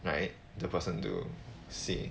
like the person to see